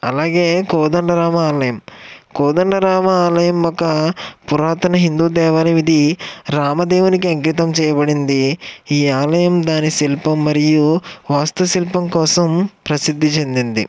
అలాగే కోదండ రామాలయం కోదండ రామాలయం ఒక పురాతన హిందూ దేవాలయం ఇది రామదేవునికి అంకితం చేయబడింది ఈ ఆలయం దాని శిల్పం మరియు వాస్తు శిల్పం కోసం ప్రసిద్ధి చెందింది